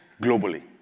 globally